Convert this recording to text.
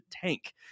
tank